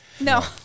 No